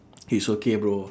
is okay bro